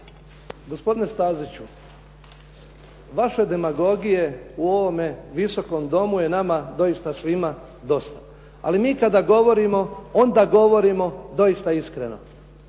Gospodine Staziću, vaše demagogije u ovome Visokom domu je nama doista svima dosta. Ali mi kada govorimo, onda govorimo doista iskreno.